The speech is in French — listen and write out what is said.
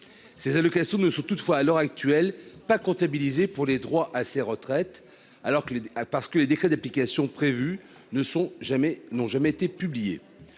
Ces allocations ne sont toutefois à l'heure actuelle pas comptabilisées pour les droits assez retraites alors que les parce que les décrets d'application prévus ne sont jamais non jamais